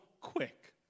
quick